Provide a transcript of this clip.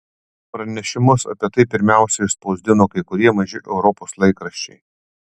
pranešimus apie tai pirmiausia išspausdino kai kurie maži europos laikraščiai